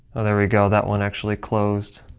oh, there we go. that one actually closed.